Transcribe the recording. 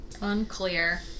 Unclear